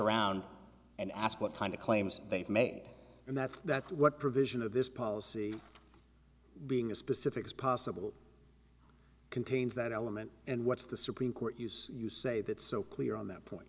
around and ask what kind of claims they've made and that's that what provision of this policy being as specific as possible contains that element and what's the supreme court use you say that's so clear on that point